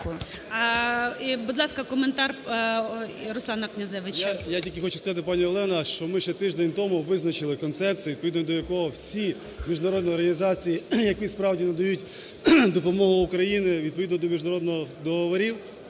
Я тільки хочу сказати, пані Олена, що ми ще тиждень тому визначили концепцію, відповідно до якої всі міжнародні організації, які справді надають допомогу Україні відповідно до міжнародних договорів,